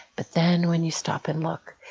but then when you stop and look,